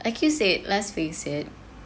like you said let's face it